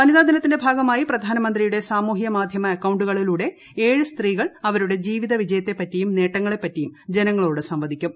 വനിതാ ദിനത്തിന്റെ ഭാഗമായി പ്രധാനമന്ത്രിയുടെ സാമൂഹ്യമാധ്യമ അക്കൌണ്ടുകളിലൂടെ ഏഴ് സ്ത്രീകൾ അവരുടെ ജീവിത വിജയത്തെപ്പറ്റിയും നേട്ടങ്ങളെപ്പറ്റിയും ജനങ്ങളോട് സംവദിക്കും